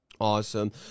Awesome